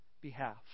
behalf